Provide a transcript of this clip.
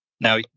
now